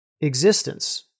existence